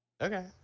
Okay